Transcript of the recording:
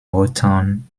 motown